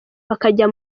bakajya